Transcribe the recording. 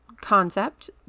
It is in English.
concept